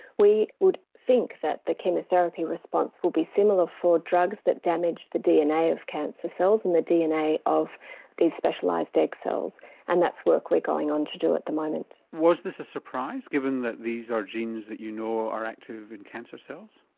we would think that the chemotherapy response would be similar for drugs that damage the dna of cancer cells and the dna of these specialised egg cells and that's work we're going on to do at the moment. was this a surprise, given that these are genes you know are active in cancer cells?